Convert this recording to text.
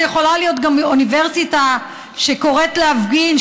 זו יכולה להיות גם אוניברסיטה שקוראת להפגין,